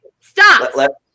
stop